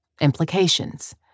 Implications